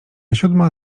siódma